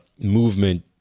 movement